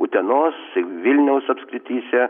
utenos vilniaus apskrityse